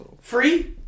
free